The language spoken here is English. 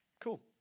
Cool